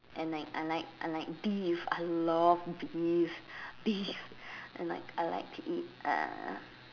and I like I like I like beef I love beef beef and like I like to eat uh